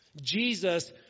Jesus